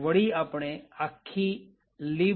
વળી આપણે આખી libmylib